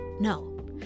No